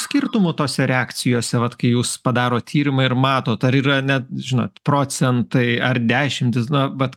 skirtumų tose reakcijose vat kai jūs padarot tyrimą ir matot ar yra net žinot procentai ar dešimtys na vat